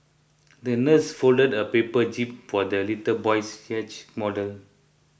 the nurse folded a paper jib for the little boy's yacht model